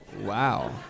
Wow